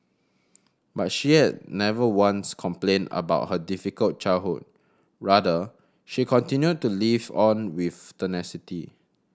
but she has never once complained about her difficult childhood rather she continued to live on with tenacity